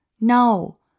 no